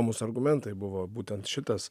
mūsų argumentai buvo būtent šitas